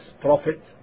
prophet